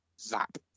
zap